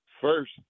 first